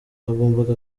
hagombaga